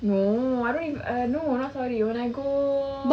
no I don't even saudi when I go